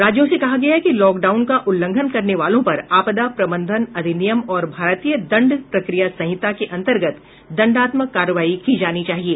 राज्यों से कहा गया है कि लॉकडाउन का उल्लंघन करने वालो पर आपदा प्रबंधन अधिनियम और भारतीय दंड प्रक्रिया संहिता के अंतर्गत दंडात्मक कार्रवाई की जानी चाहिए